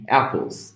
apples